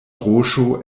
groŝo